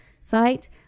site